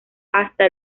hasta